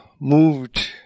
moved